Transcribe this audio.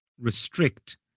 restrict